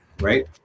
right